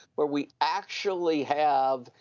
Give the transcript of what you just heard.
but we actually have,